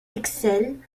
excelle